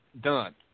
done